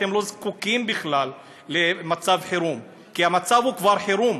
אתם לא זקוקים בכלל למצב חירום כי המצב הוא כבר חירום.